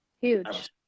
huge